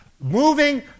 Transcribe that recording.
moving